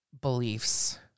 beliefs